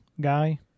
guy